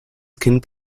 kind